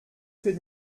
fait